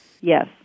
Yes